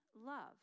love